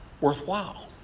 worthwhile